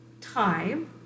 time